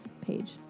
page